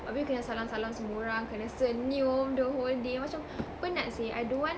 habis you kena salam salam semua orang kena senyum the whole day I don't want